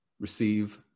receive